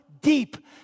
deep